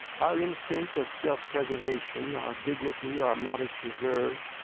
our instinct of self-preservation, our dignity, our modest reserve,